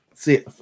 See